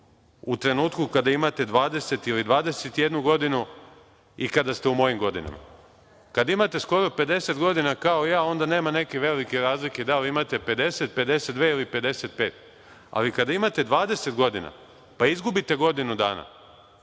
u trenutku kada imate 20 ili 21 godinu i kada ste u mojim godinama. Kada imate skoro 50 godina, kao ja onda nema neke velike razlike, da li imate 50, 52 ili 55, ali kada imate 20 godina, pa izgubite godinu dana